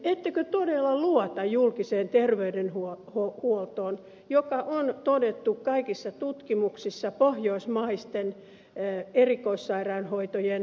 ettekö todella luota julkiseen terveydenhuoltoon joka on todettu kaikissa tutkimuksissa pohjoismaisten erikoissairaanhoitojen tehokkaimmaksi